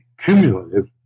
cumulative